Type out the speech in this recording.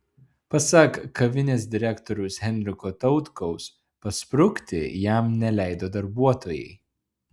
pasak kavinės direktoriaus henriko tautkaus pasprukti jam neleido darbuotojai